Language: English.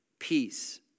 peace